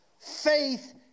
faith